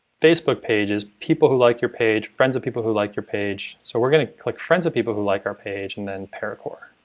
facebook pages, people who like your page, friends of people who like your page, so we're going to click friends of people who like our page and then paracore.